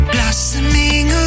Blossoming